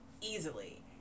easily